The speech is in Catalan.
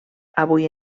avui